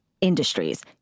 industries